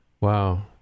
Wow